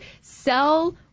sell